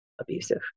abusive